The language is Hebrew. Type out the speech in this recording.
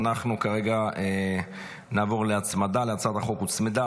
אנחנו כרגע נעבור להצמדה להצעת החוק הוצמדה